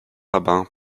rabin